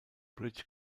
british